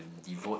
devote